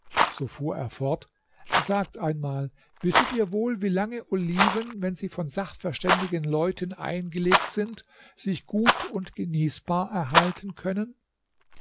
so fuhr er fort sagt einmal wisset ihr wohl wie lange oliven wenn sie von sachverständigen leuten eingelegt sind sich gut und genießbar erhalten können